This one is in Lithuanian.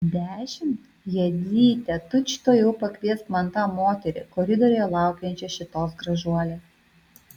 dešimt jadzyte tučtuojau pakviesk man tą moterį koridoriuje laukiančią šitos gražuolės